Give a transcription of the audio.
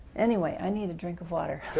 anyway, i need a drink of water?